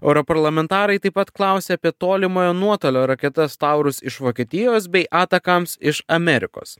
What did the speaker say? europarlamentarai taip pat klausė apie tolimojo nuotolio raketas taurus iš vokietijos bei atakams iš amerikos